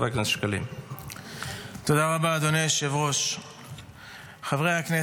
אפשר גם להגמיש